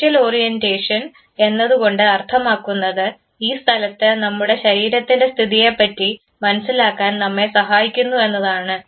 spatial orientation എന്നതുകൊണ്ട് അർത്ഥമാക്കുന്നത് ഈ സ്ഥലത്ത് നമ്മുടെ ശരീരത്തിൻറെ സ്ഥിതിയെപ്പറ്റി മനസ്സിലാക്കാൻ നമ്മളെ സഹായിക്കുന്നു എന്നതാണ്